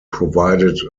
provided